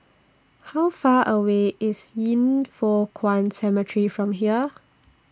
How Far away IS Yin Foh Kuan Cemetery from here